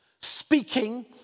speaking